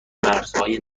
مرزهای